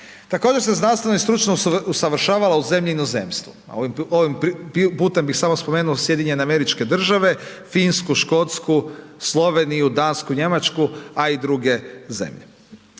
Također se znanstveno i stručno usavršavala u zemlji i inozemstvu, a ovim putem bih samo spomenuo SAD, Finsku, Škotsku, Sloveniju, Dansku i Njemačku, a i druge zemlje.